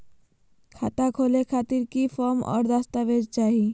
खाता खोले खातिर की की फॉर्म और दस्तावेज चाही?